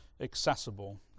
accessible